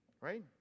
Right